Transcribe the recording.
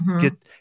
get